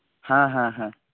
ᱦᱮᱸ ᱦᱮᱸ ᱦᱮᱸ